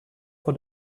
for